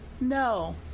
No